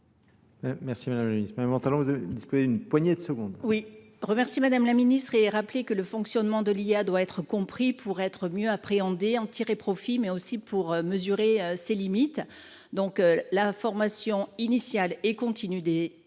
Merci Madame la Ministre. Mme Ventallon, vous avez disponible une poignée de secondes. Oui, remercie Madame la Ministre et rappelez que le fonctionnement de l'IA doit être compris pour être mieux appréhendé, en tirer profit, mais aussi pour mesurer ses limites. Donc la formation initiale et continue